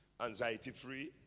anxiety-free